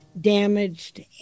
damaged